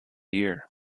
year